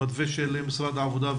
המתווה של משרד העבודה,